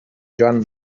joan